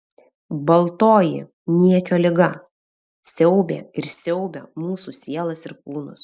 baltoji niekio liga siaubė ir siaubia mūsų sielas ir kūnus